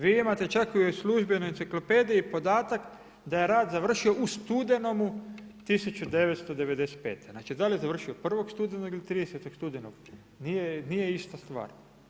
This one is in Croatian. Vi imate čak i u službenoj enciklopediji podatak da je rat završio u studenom 1995., znači da li je završio 1. studenog ili 30. studenog nije ista stvar.